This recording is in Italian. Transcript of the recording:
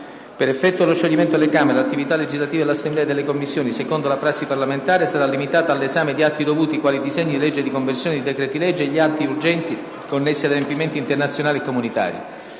per effetto dello scioglimento delle Camere, 1'attività legislativa dell'Assemblea e delle Commissioni, secondo la prassi parlamentare, sarà limitata all'esame di atti dovuti, quali i disegni di legge di conversione di decreti-legge e gli atti urgenti connessi ad adempimenti internazionali e comunitari.